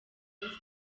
nzego